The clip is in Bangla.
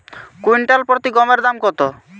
কুইন্টাল প্রতি গমের দাম কত?